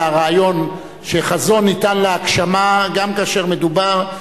הרעיון שחזון ניתן להגשמה גם כאשר מדובר,